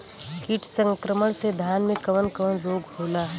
कीट संक्रमण से धान में कवन कवन रोग होला?